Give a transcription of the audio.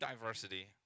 diversity